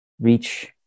reach